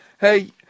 hey